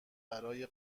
برای